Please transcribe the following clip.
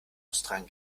austragen